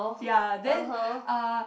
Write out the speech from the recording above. ya then uh